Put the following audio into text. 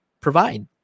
provide